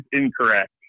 incorrect